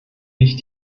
mich